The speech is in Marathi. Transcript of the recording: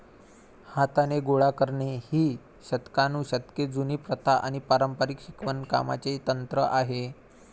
हाताने गोळा करणे ही शतकानुशतके जुनी प्रथा आणि पारंपारिक शिवणकामाचे तंत्र आहे